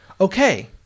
Okay